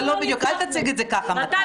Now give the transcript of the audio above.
זה לא בדיוק, אל תציג את זה ככה, מתן.